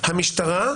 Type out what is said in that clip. המשטרה,